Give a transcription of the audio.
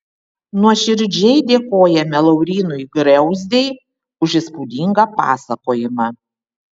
nuoširdžiai dėkojame laurynui griauzdei už įspūdingą pasakojimą